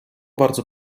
bardzo